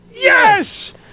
Yes